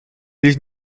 these